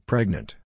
Pregnant